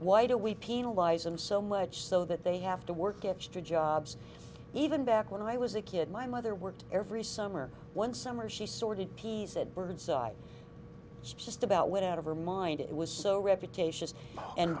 why do we penalize them so much so that they have to work extra jobs even back when i was a kid my mother worked every summer one summer she sorted peas at burnside it's just about went out of her mind it was so reputations and